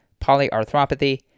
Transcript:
polyarthropathy